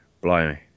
Blimey